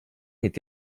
est